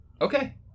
Okay